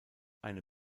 eine